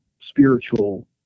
spiritual